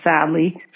sadly